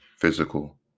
physical